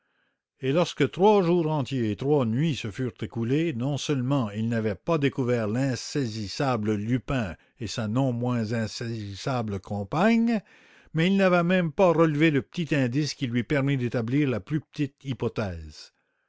et lorsque trois jours entiers et trois nuits se furent écoulés non seulement il n'avait pas découvert l'insaisissable lupin et sa non moins insaisissable compagne mais il n'avait même pas relevé le plus petit indice qui lui permît d'établir la plus petite hypothèse